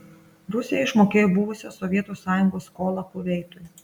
rusija išmokėjo buvusios sovietų sąjungos skolą kuveitui